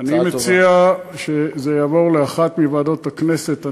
אני מציע שזה יעבור לאחת מוועדת הכנסת.